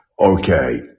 Okay